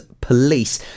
police